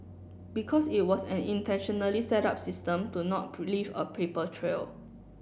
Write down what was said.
because it was an intentionally set up system to not to leave a paper trail